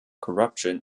corruption